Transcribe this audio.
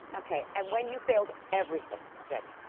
okay, and when you failed everything, jenny,